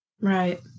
Right